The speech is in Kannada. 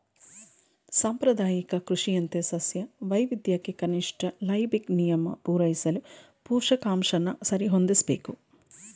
ಸಾಂಪ್ರದಾಯಿಕ ಕೃಷಿಯಂತೆ ಸಸ್ಯ ವೈವಿಧ್ಯಕ್ಕೆ ಕನಿಷ್ಠ ಲೈಬಿಗ್ ನಿಯಮ ಪೂರೈಸಲು ಪೋಷಕಾಂಶನ ಸರಿಹೊಂದಿಸ್ಬೇಕು